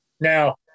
Now